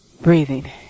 breathing